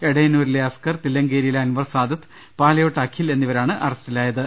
എടയന്നൂരിലെ അസ്കർ തില്ലങ്കേ രിയിലെ അൻവർസാദത്ത് പാലയോട്ടെ അഖിൽ എന്നിവരാണ് അറസ്റ്റി ലായത്